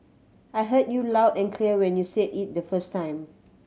I heard you loud and clear when you said it the first time